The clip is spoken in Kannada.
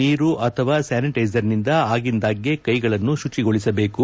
ನೀರು ಅಥವಾ ಸ್ಯಾನಿಟೈಸರ್ ನಿಂದ ಆಗಿಂದಾಗ್ಗೆ ಕೈಗಳನ್ನು ಶುಚಿಗೊಳಿಸಬೇಕು